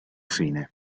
fine